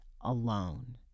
alone